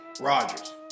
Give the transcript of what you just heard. Rodgers